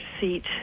seat